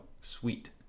sweet